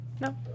no